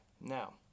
now